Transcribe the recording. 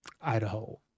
Idaho